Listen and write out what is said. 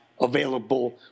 available